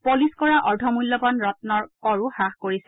police কৰা অৰ্ধমূল্যৱান ৰম্নৰ কৰো হ্ৰাস কৰিছে